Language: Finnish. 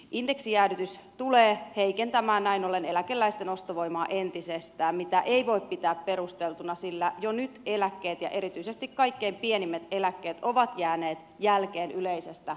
indeksijäädytys tulee heikentämään näin ollen eläkeläisten ostovoimaa entisestään mitä ei voi pitää perusteltuna sillä jo nyt eläkkeet ja erityisesti kaikkein pienimmät eläkkeet ovat jääneet jälkeen yleisestä palkkakehityksestä